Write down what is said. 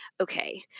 okay